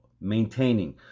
maintaining